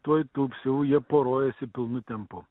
tuoj tūps jau jie poruojasi pilnu tempu